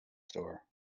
store